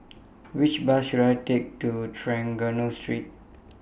Which Bus should I Take to Trengganu Street